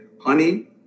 honey